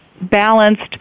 balanced